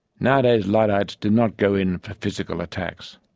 nowadays luddites do not go in for physical attacks.